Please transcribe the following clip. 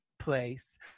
place